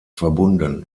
verbunden